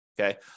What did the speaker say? okay